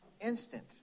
instant